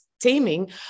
taming